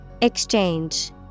Exchange